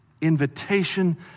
invitation